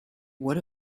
what